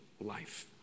life